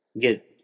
get